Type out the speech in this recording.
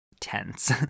Tense